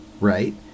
right